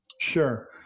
Sure